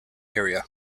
area